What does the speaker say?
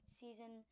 season